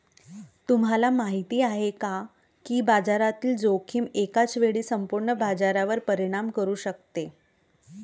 तुम्हाला माहिती आहे का की बाजारातील जोखीम एकाच वेळी संपूर्ण बाजारावर परिणाम करू शकते?